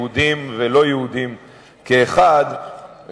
יהודים ולא-יהודים כאחד,